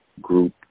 group